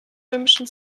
römischen